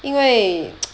因为